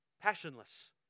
passionless